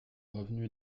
revenu